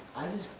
i